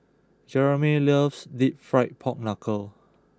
Jeramie loves Deep Fried Pork Knuckle